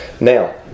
Now